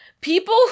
People